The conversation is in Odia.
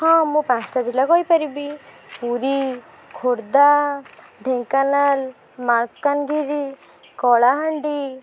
ହଁ ମୁଁ ପାଞ୍ଚଟା ଜିଲ୍ଲା କହିପାରିବି ପୁରୀ ଖୋର୍ଦ୍ଧା ଢେଙ୍କାନାଳ ମାଲକାନାଗିରି କଳାହାଣ୍ଡି